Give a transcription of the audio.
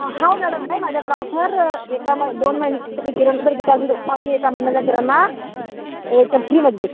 हो मॅडम आहे माझ्याकडे अहो जर एका मही दोन महिन्याचा जर किराणा जर घेत असाल तर आम्ही एका महिन्याचा किराणा एकदम फ्रिमध्ये देतो